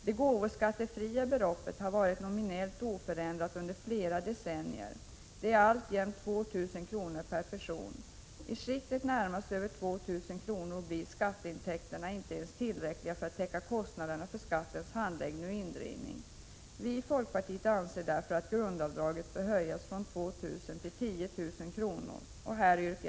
Det gåvoskattefria beloppet har varit nominellt oförändrat under flera decennier. Det är alltjämt 2 000 kr. per person. I skiktet närmast 2 000 kr. blir skatteintäkterna inte ens tillräckliga för att täcka kostnaderna för skattens handläggning och indrivning. Vi i folkpartiet anser därför att grundavdraget bör höjas från 2 000 kr. till 10 000 kr.